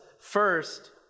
first